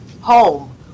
home